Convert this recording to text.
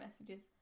messages